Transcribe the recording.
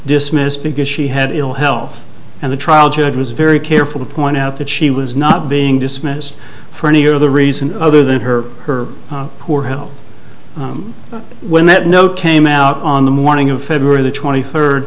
dismissed because she had ill health and the trial judge was very careful to point out that she was not being dismissed for any or the reason other than her her poor health when that note came out on the morning of february twenty third